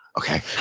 okay?